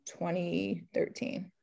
2013